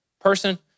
person